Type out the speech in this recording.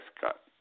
cut